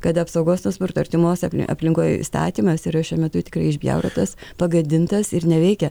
kad apsaugos nuo smurto artimose aplinkoj įstatymas yra šiuo metu tikrai išbjaurotas pagadintas ir neveikia